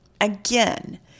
Again